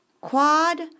quad